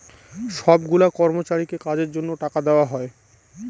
সব গুলা কর্মচারীকে কাজের জন্য টাকা দেওয়া হয়